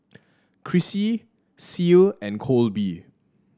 Crissy Ceil and Kolby